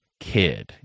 kid